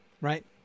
right